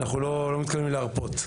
אנחנו לא מתכוונים להרפות.